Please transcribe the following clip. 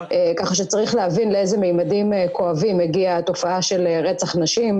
כך שצריך להבין לאיזה ממדים כואבים מגיעה התופעה של רצח נשים,